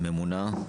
ממונה,